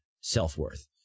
self-worth